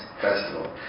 festival